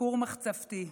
כור מחצבתי.